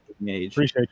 Appreciate